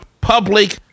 public